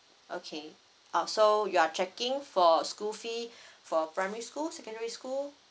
okay oh so you are checking for school fee for primary school secondary school